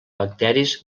bacteris